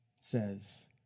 says